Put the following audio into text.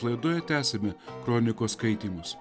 laidoje tęsime kronikos skaitymus